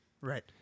Right